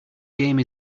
game